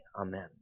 Amen